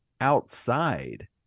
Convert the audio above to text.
outside